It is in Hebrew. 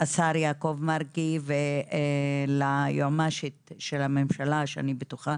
לשר יעקב מרגי וליועמ"שית של הממשלה, שאני בטוחה